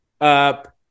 up